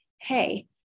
hey